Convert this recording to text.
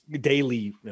daily